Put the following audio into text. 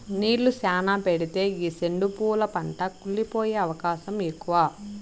నీళ్ళు శ్యానా పెడితే ఈ సెండు పూల పంట కుళ్లి పోయే అవకాశం ఎక్కువ